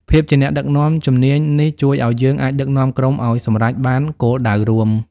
ភាពជាអ្នកដឹកនាំ ជំនាញនេះជួយឲ្យយើងអាចដឹកនាំក្រុមឲ្យសម្រេចបានគោលដៅរួម។